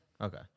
Okay